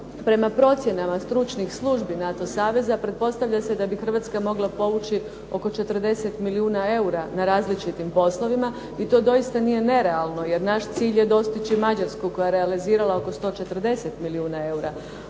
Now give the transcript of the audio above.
Prema procjenama stručnih službi NATO saveza pretpostavlja se da bi Hrvatska mogla povući oko 40 milijuna eura na različitim poslovima i to doista nije nerealno, jer naš cilj je dostići Mađarsku koja je realizirala oko 140 milijuna eura.